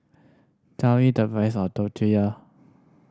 tell me the price of Tortilla